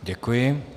Děkuji.